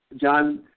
John